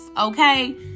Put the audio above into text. Okay